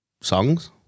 songs